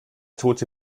tote